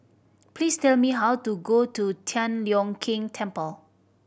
please tell me how to go to Tian Leong Keng Temple